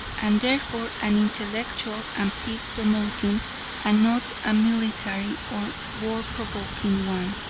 and therefore an intellectual and peace-promoting and not a military or war-provoking one.